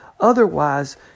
Otherwise